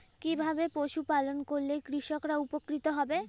কিভাবে পশু পালন করলেই কৃষকরা উপকৃত হবে?